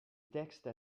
texte